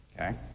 Okay